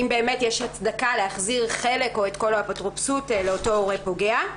אם באמת יש הצדקה להחזיר חלק או את כל האפוטרופסות לאותו הורה פוגע.